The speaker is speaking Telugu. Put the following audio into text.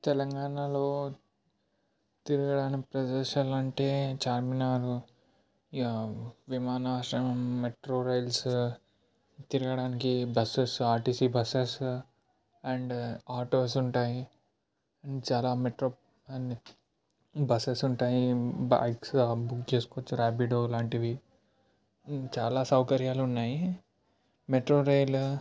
తెలంగాణలో తిరగడానికి ప్రదేశాలు అంటే చార్మినార్ ఇక విమానాశ్రయం మెట్రో రైల్స్ తిరగడానికి buses RTC buses and autos ఉంటాయి చాలా మెట్రో అండ్ బస్సెస్ ఉంటాయి బైక్స్ బుక్ చేసుకోవచ్చు ర్యాపిడో లాంటివి చాలా సౌకర్యాలు ఉన్నాయి మెట్రో రైలు